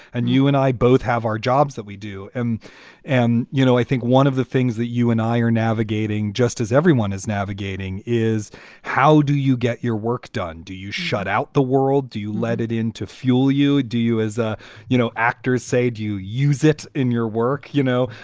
and you and i both have our jobs that we do. and and, you know, i think one of the things that you and i are navigating, just as everyone is navigating, is how do you get your work done? do you shut out the world? do you let it into fuel? you do as a you know, actors say, do you use it in your work, you know?